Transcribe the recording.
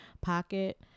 pocket